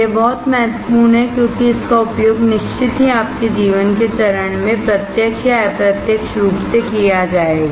यह बहुत महत्वपूर्ण है क्योंकि इसका उपयोग निश्चित ही आपके जीवन के चरण में प्रत्यक्ष या अप्रत्यक्ष रूप से किया जाएगा